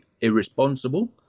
Irresponsible